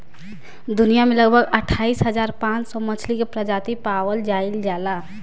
दुनिया में लगभग अठाईस हज़ार पांच सौ मछली के प्रजाति पावल जाइल जाला